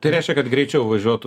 tai reiškia kad greičiau važiuotų